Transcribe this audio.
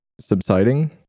subsiding